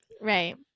Right